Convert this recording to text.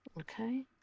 Okay